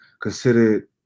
considered